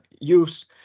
use